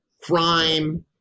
crime